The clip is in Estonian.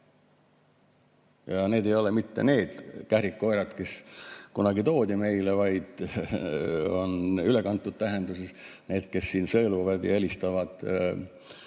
Need ei ole mitte need kährikkoerad, kes kunagi toodi meile, vaid on ülekantud tähenduses need, kes siin sõeluvad ja helistavad memmedele